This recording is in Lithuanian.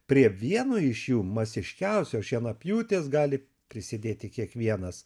prie vieno iš jų masiškiausio šienapjūtės gali prisidėti kiekvienas